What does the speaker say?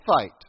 fight